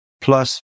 plus